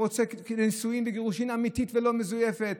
הוא רוצה נישואים וגירושים אמיתיים ולא מזויפים.